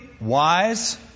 wise